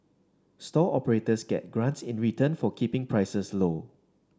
stall operators get grants in return for keeping prices low